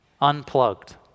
unplugged